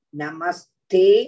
namaste